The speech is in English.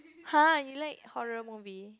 !huh! you like horror movie